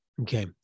Okay